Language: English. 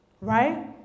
Right